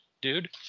dude